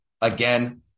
again